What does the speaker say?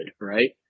right